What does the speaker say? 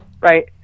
right